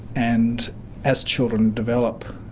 and as children develop,